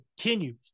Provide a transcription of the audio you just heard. continues